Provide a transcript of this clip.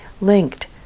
linked